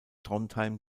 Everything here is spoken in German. trondheim